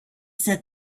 said